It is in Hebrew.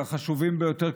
והחשובים ביותר,